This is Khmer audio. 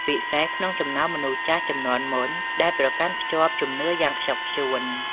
ពិសេសក្នុងចំណោមមនុស្សចាស់ជំនាន់មុនដែលប្រកាន់ភ្ជាប់ជំនឿយ៉ាងខ្ជាប់ខ្ជួន។